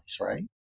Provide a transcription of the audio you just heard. right